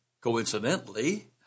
coincidentally